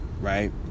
right